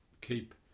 keep